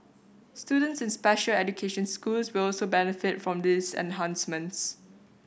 students in special education schools will also benefit from these enhancements